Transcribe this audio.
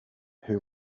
who